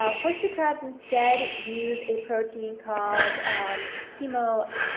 ah horseshoe crabs instead use a protein called hemocyanin,